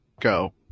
Go